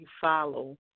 follow